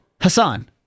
Hassan